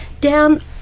down